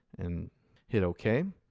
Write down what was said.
and hit ok.